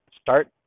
start